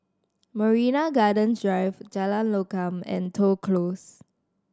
Marina Gardens Drive Jalan Lokam and Toh Close